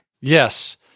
Yes